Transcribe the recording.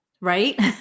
Right